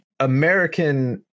American